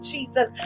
Jesus